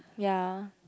ya